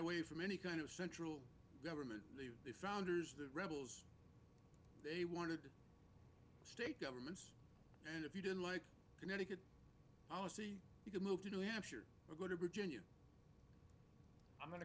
away from any kind of central government leave the founders the rebels they wanted to state governments and if you didn't like connecticut honesty you could move to new hampshire or go to virginia i'm